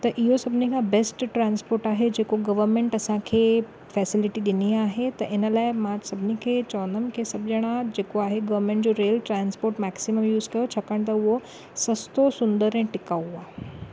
त इहो सभिनी खां बैस्ट ट्रांस्पोर्ट आहे जेको गवर्नमेंट असांखे फैसिलिटी ॾिनी आहे त इन लाइ मां सभिनी खे चवंदमि खे सभु ॼणा जेको आहे गवर्नमेंट जो रेल ट्रांस्पोर्ट मैक्सिमम यूज़ कयो छाकाणि त उहो सस्तो सुंदर ऐं टिकाऊ आहे